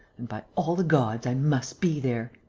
and, by all the gods, i must be there.